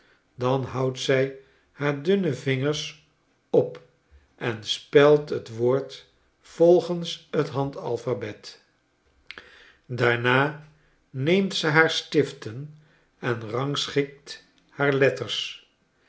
dan houdt zij haar dunne vingers op en speld het woord volgens t hand alphabet daarna neemt ze haar stif ten en rangschikt haar letters